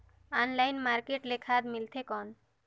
Online market ले खाद मिलथे कौन?